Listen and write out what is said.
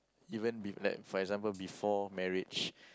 even be like for example before marriage